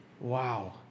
wow